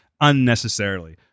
unnecessarily